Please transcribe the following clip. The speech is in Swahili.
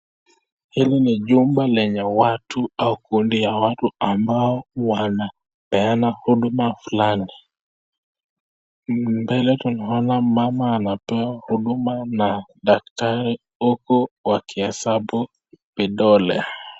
Hili ni jumba lenye watu au kundi ya watu ambao wanapeana huduma fulani . Mbele tunaona mama anapewa huduma na daktari huku wakihesabu vidole.